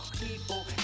people